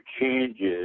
changes